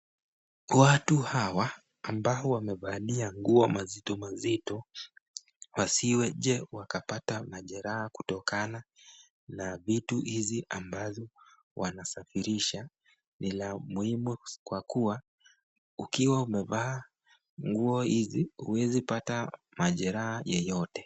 Watu hawa ambao wamevalia nguo mazito mazito wasiweze kupata majeraha kutokana na vitu hizi ambazo wanasafirisha, ni la muhimu kwa kuwa, ukiwa umevaa nguo hizi huwezi pata majeraha yeyote.